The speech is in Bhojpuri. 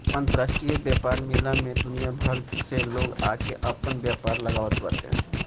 अंतरराष्ट्रीय व्यापार मेला में दुनिया भर से लोग आके आपन व्यापार लगावत बाटे